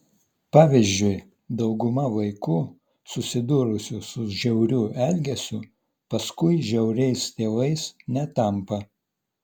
pavyzdžiui dauguma vaikų susidūrusių su žiauriu elgesiu paskui žiauriais tėvais netampa